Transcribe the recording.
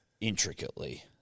intricately